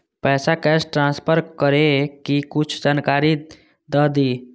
पैसा cash transfer करऐ कि कुछ जानकारी द दिअ